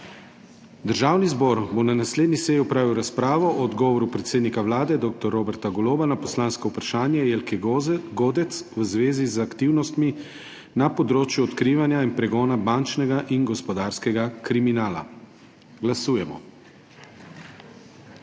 Državni zbor bo na naslednji seji opravil razpravo o odgovoru predsednika Vlade dr. Roberta Goloba na poslansko vprašanje Jelke Godec v zvezi z aktivnostmi na področju odkrivanja in pregona bančnega in gospodarskega kriminala. Glasujemo.